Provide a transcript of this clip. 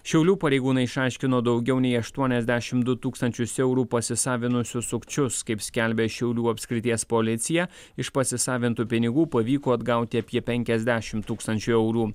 šiaulių pareigūnai išaiškino daugiau nei aštuoniasdešimt du tūkstančius eurų pasisavinusius sukčius kaip skelbia šiaulių apskrities policija iš pasisavintų pinigų pavyko atgauti apie penkiasdešimt tūkstančių eurų